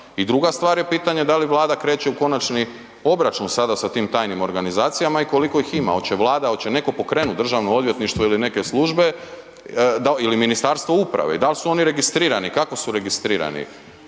I druga stvar je pitanje da li Vlada kreće u konačni obračun sada sa tim tajnim organizacijama i koliko ih ima. Hoće li Vlada, hoće netko pokrenuti, DORH ili neke službe da, ili Ministarstvo uprave i da li oni registrirani, kako su registrirani?